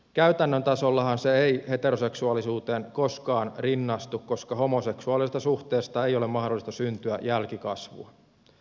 käytännön tasollahan se ei heteroseksuaalisuuteen koskaan rinnastu koska homoseksuaalisesta suhteesta ei ole mahdollista syntyä jälkikasvua